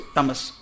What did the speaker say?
Tamas